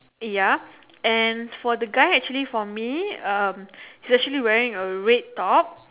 ya and for the guy actually for me um he's actually wearing a red top